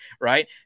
Right